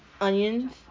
onions